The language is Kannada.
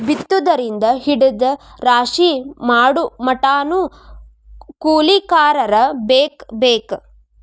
ಬಿತ್ತುದರಿಂದ ಹಿಡದ ರಾಶಿ ಮಾಡುಮಟಾನು ಕೂಲಿಕಾರರ ಬೇಕ ಬೇಕ